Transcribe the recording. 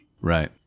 Right